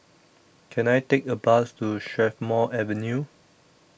Can I Take A Bus to Strathmore Avenue